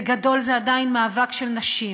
בגדול, זה עדיין מאבק של נשים.